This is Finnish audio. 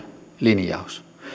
linjaus